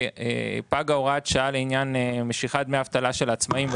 כי פגה הוראת השעה לעניין משיכת דמי האבטלה של העצמאיים,